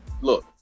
look